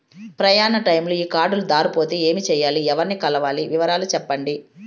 ప్రయాణ టైములో ఈ కార్డులు దారబోతే ఏమి సెయ్యాలి? ఎవర్ని కలవాలి? వివరాలు సెప్పండి?